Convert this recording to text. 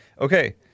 Okay